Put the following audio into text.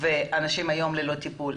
ואנשים היום נמצאים ללא טיפול,